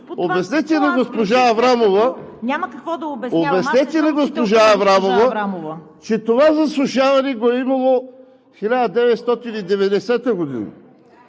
Обяснете на госпожа Аврамова, че това засушаване го е имало 1990 г.